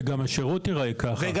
וגם השירות יראה כך.